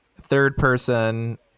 third-person